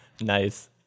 Nice